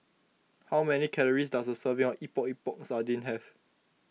how many calories does a serving of Epok Epok Sardin have